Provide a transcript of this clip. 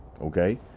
Okay